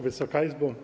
Wysoka Izbo!